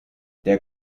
der